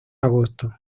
agosto